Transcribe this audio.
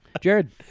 Jared